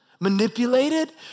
manipulated